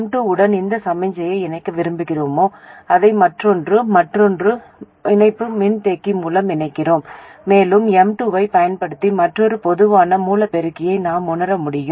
M2 உடன் எந்த சமிக்ஞையை இணைக்க விரும்புகிறோமோ அதை மற்றொன்று மற்றொரு இணைப்பு மின்தேக்கி மூலம் இணைக்கிறோம் மேலும் M2 ஐப் பயன்படுத்தி மற்றொரு பொதுவான மூல பெருக்கியை நாம் உணர முடியும்